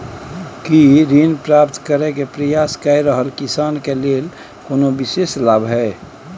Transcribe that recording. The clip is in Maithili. की ऋण प्राप्त करय के प्रयास कए रहल किसान के लेल कोनो विशेष लाभ हय?